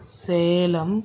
Salem